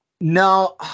No